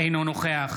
אינו נוכח